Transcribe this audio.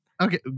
Okay